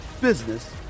business